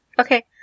Okay